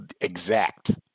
exact